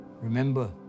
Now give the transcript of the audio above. Remember